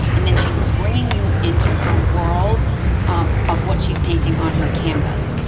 and then she's bringing you into her world of what she's painting on her canvas.